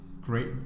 great